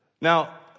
Now